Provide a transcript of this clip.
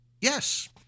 yes